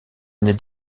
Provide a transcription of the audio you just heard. année